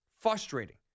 Frustrating